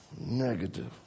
negative